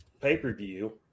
pay-per-view